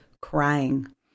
crying